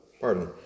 Pardon